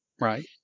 Right